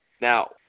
Now